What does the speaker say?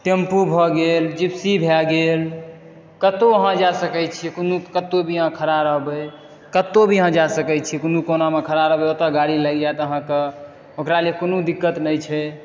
tempo भऽ गेल Gypsy भए गेल कतहु अहाँ जा सकैत छी कोनो कतहु भी अहाँ खड़ा रहबै कतहु भी अहाँ जा सकैत छी कोनो कोनामे खड़ा रहबै ओतय गाड़ी लागि जायत अहाँकेँ ओकरा लेल कोनो दिक्कत नहि छै